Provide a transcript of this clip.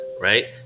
right